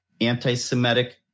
anti-Semitic